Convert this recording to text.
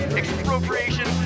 expropriation